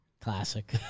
Classic